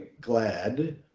glad